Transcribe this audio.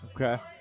Okay